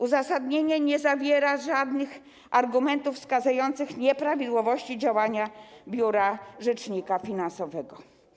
Uzasadnienie nie zawiera żadnych argumentów wskazujących nieprawidłowości działania Biura Rzecznika Finansowego.